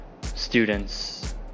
students